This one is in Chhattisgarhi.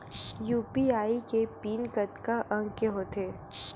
यू.पी.आई के पिन कतका अंक के होथे?